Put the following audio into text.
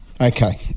Okay